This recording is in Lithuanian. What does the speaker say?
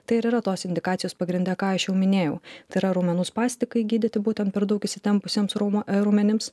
tai ir yra tos indikacijos pagrinde ką aš jau minėjau tai yra raumenų spastikai gydyti būtent per daug įsitempusiems raumuo raumenims